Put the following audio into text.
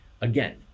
Again